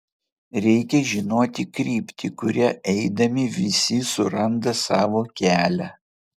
reikia žinoti kryptį kuria eidami visi suranda savo kelią